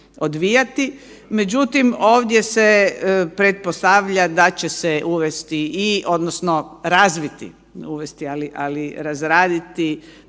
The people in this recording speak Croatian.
odvijati. Međutim, ovdje se pretpostavlja da će se uvesti odnosno razviti, uvesti ali razraditi